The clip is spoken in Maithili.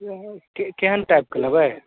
केहन टाइपके लेबै